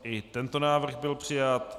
I tento návrh byl přijat.